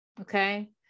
Okay